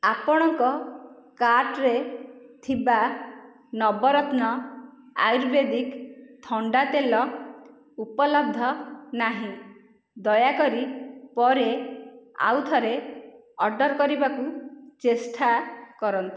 ଆପଣଙ୍କ କାର୍ଟ୍ରେ ଥିବା ନବରତ୍ନ ଆୟୁର୍ବେଦିକ ଥଣ୍ଡା ତେଲ ଉପଲବ୍ଧ ନାହିଁ ଦୟାକରି ପରେ ଆଉଥରେ ଅର୍ଡ଼ର୍ କରିବାକୁ ଚେଷ୍ଟା କରନ୍ତୁ